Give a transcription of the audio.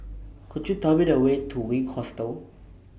Could YOU Tell Me The Way to Wink Hostel